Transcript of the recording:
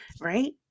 right